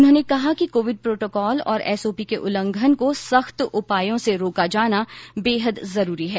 उन्होंने कहा कि कोविड प्रोटोकॉल और एसओपी के उल्लंघन को सख्त उपायों से रोका जाना बेहद जरूरी है